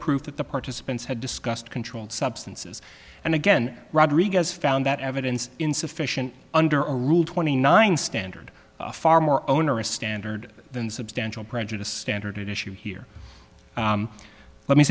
proof that the participants had discussed controlled substances and again rodriguez found that evidence insufficient under a rule twenty nine standard far more onerous standard than substantial prejudice standard issue here let me